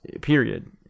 Period